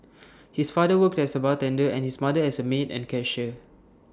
his father worked as A bartender and his mother as A maid and cashier